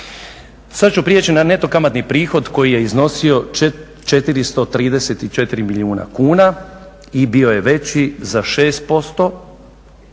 Sad ću prijeći na neto kamatni prihod koji je iznosio 434 milijuna kuna i bio je veći za 6%,